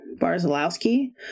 Barzalowski